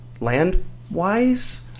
land-wise